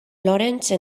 lawrence